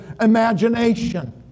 Imagination